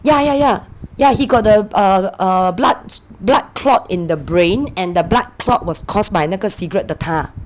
ya ya ya ya he got the err err bloods blood clot in the brain and the blood clot was caused by 那个 cigarette 的 tar